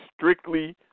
strictly